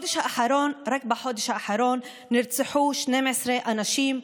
רק בחודש האחרון נרצחו 12 אנשים,